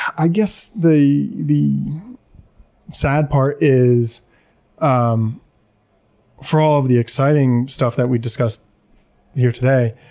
i guess the the sad part is um for all of the exciting stuff that we discussed here today,